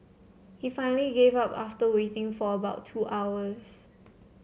he finally gave up after waiting for about two hours